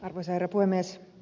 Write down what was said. arvoisa herra puhemies